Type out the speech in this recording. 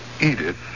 Edith